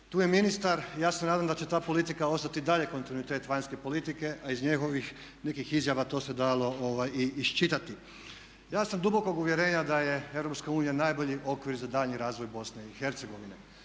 Tu je ministar i ja se nadam da će ta politika ostati i dalje kontinuitet vanjske politike a iz njegovih nekih izjava to se dalo i iščitati. Ja sam dubokog uvjerenja da je Europska unija najbolji okvir za daljnji razvoj Bosne i Hercegovine.